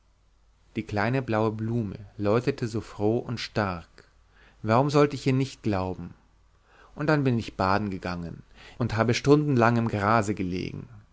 die kleine blaue blume läutete so froh und stark warum soll ich ihr nicht glauben und dann bin ich baden gegangen und habe stundenlang im grase gelegen